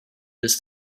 this